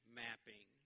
mapping